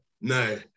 No